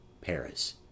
Paris